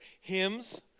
Hymns